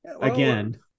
again